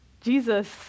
Jesus